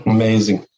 amazing